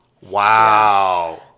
Wow